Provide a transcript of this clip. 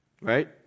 Right